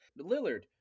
Lillard